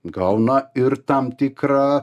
gauna ir tam tikrą